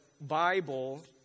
Bible